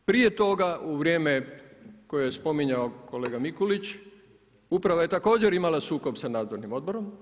Prije toga u vrijeme koje je spominjao kolega Mikulić uprava je također imala sukob sa nadzornim odborom.